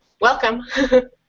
welcome